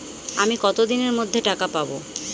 আমি কতদিনের মধ্যে টাকা পাবো?